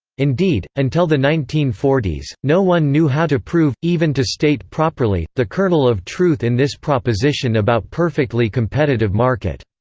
indeed, until the nineteen forty s, no one knew how to prove, even to state properly, the kernel of truth in this proposition about perfectly competitive market.